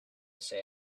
say